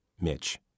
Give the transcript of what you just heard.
mitch